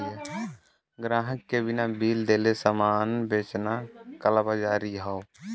ग्राहक के बिना बिल देले सामान बेचना कालाबाज़ारी हौ